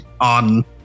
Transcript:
on